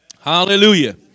Hallelujah